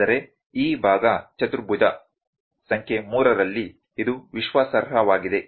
ಆದರೆ ಈ ಭಾಗ ಚತುರ್ಭುಜ ಸಂಖ್ಯೆ 3 ರಲ್ಲಿ ಇದು ವಿಶ್ವಾಸಾರ್ಹವಾಗಿದೆ